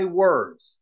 words